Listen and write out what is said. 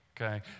okay